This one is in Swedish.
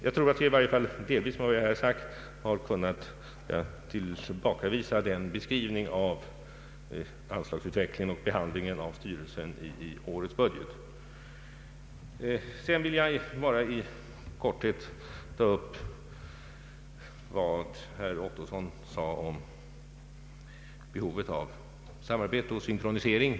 Jag tror att jag med vad jag här har sagt åtminstone delvis har kunnat korrigera den beskrivning av anslagsutvecklingen och behandlingen av styrelsen i årets budget som getts här i kammaren av bl.a. herr Ottosson. Sedan vill jag bara i korthet ta upp vad herr Ottosson sade om behovet av samarbete och synkronisering.